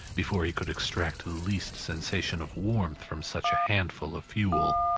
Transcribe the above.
before he could extract the least sensation of warmth from such a handful of fuel.